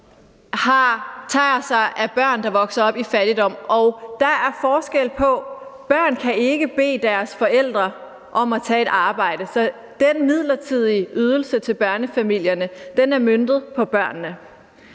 tager sig af børn, der vokser op i fattigdom. Og der er forskel på børn og voksne. Børn kan ikke bede deres forældre om at tage et arbejde, så den midlertidige ydelse til børnefamilierne er møntet på børnene.